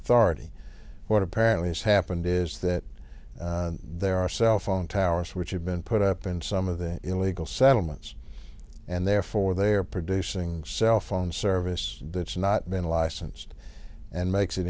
authority what apparently has happened is that there are cell phone towers which have been put up in some of the illegal settlements and therefore they are producing cell phone service that's not been licensed and makes it